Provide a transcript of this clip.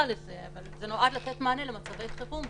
לזה אבל זה נועד לתת מענה למצבי חירום,